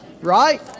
right